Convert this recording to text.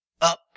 Up